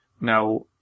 Now